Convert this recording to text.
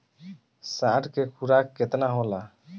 साढ़ के खुराक केतना होला?